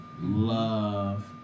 love